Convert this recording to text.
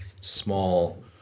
small